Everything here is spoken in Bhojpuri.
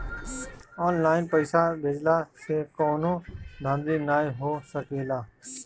ऑनलाइन पइसा भेजला से कवनो धांधली नाइ हो सकेला